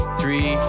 three